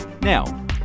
now